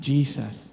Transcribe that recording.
Jesus